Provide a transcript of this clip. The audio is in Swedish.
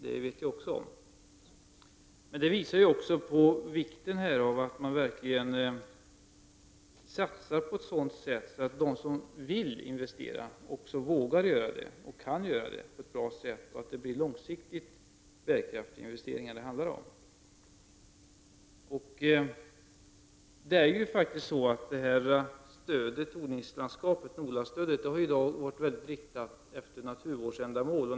Detta visar också vikten av att man verkligen satsar på ett sådant sätt att de som vill investera också vågar göra det och kan göra det på ett bra sätt, så att det blir på lång sikt bärkraftiga investeringar. Stödet till odlingslandskapet, Nola, har ju i hög grad varit inriktat på naturvårdsändamål.